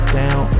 down